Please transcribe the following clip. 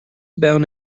bound